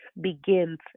begins